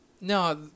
no